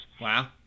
Wow